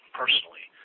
personally